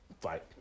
fight